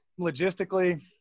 logistically